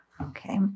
Okay